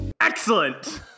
excellent